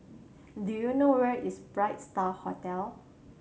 do you know where is Bright Star Hotel